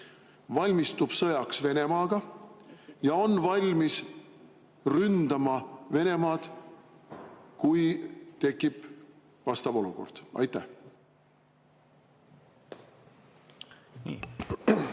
valmistub sõjaks Venemaaga ja on valmis ründama Venemaad, kui tekib vastav olukord? Aitäh,